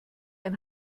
ein